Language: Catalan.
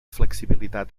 flexibilitat